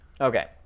okay